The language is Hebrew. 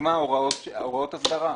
למשל הוראות הסדרה.